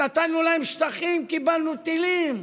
נתנו להם שטחים, קיבלנו טילים.